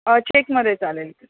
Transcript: चेकमध्ये चालेल